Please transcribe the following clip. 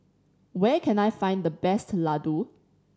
where can I find the best laddu